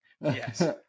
Yes